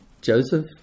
Joseph